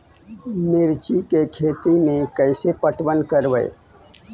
मिर्ची के खेति में कैसे पटवन करवय?